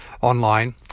online